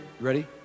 Ready